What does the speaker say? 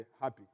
happy